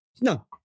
No